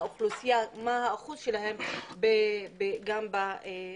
לאוכלוסייה עצמה, אחוזם גם בתוך